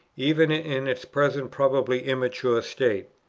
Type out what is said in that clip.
even in its present probably immature state.